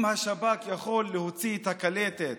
אם השב"כ יכול להוציא את הקלטת